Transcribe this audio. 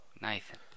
Nathan